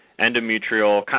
Endometrial